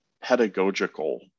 pedagogical